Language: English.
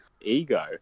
ego